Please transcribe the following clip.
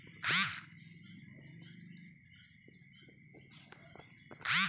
मैंने अपनी क्यारी में माइक्रो सिंचाई की मुझे बहुत अच्छा लगा